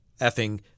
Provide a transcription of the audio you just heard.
effing